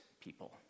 people